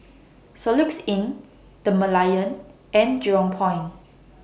Soluxe Inn The Merlion and Jurong Point